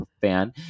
fan